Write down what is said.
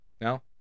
No